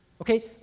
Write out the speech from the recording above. okay